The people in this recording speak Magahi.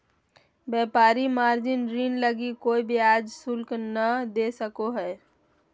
व्यापारी मार्जिन ऋण लगी कोय ब्याज शुल्क नय दे सको हइ